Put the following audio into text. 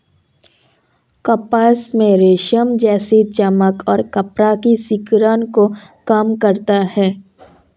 कपास में रेशम जैसी चमक और कपड़ा की सिकुड़न को कम करता है